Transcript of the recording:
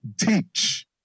Teach